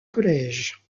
collège